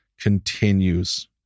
continues